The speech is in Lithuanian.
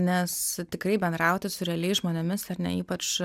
nes tikrai bendrauti su realiais žmonėmis ar ne ypač